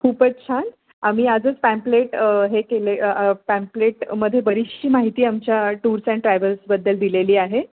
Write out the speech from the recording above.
खूपच छान आम्ही आजच पॅम्पलेट हे केले पॅम्पलेटमध्ये बरीचशी माहिती आमच्या टूर्स अँड ट्रॅव्हल्सबद्दल दिलेली आहे